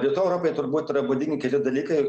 rytų europai turbūt yra būdingi keli dalykai